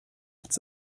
its